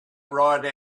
ride